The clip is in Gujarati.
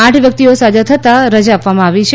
આઠ વ્યક્તિઓ સાજા થતાં રજા આપવામાં આવી છે